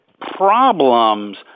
problems